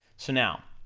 so now,